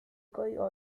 código